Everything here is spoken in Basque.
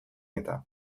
eta